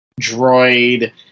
droid